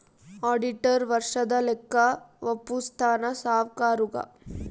auditor ವರ್ಷದ ಲೆಕ್ಕ ವಪ್ಪುಸ್ತಾನ ಸಾವ್ಕರುಗಾ